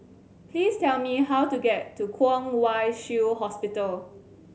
please tell me how to get to Kwong Wai Shiu Hospital